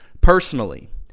personally